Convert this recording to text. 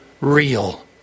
real